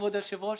כבוד היושב-ראש,